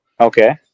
Okay